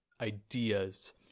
ideas